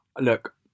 Look